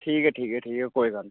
ठीक ऐ ठीक ऐ कोई गल्ल नेईं